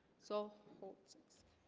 so holt's excuse